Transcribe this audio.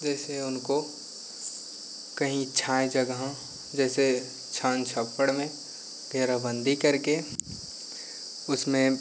जैसे उनको कहीं छाय जगहों जी छान छप्पड़ में घेराबंदी करके उसमें